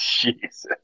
Jesus